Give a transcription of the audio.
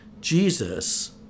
Jesus